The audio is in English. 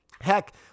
Heck